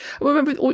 Remember